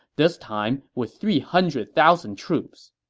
this time with three hundred thousand troops.